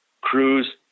crews